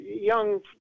young